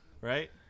right